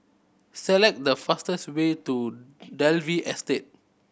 select the fastest way to Dalvey Estate